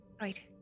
Right